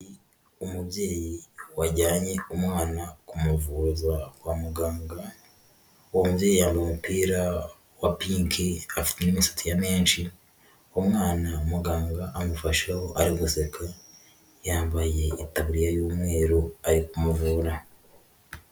Umubyeyi wajyanye umwana kumuvuza kwa muganga, uwo mubyeyi yambaye umupira wa pinki afite n'imisatsi ya menshi, uwo mwana muganga amufasheho ariguseka yambaye itaburiya y'umweru arikumuvura.